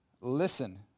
listen